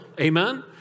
Amen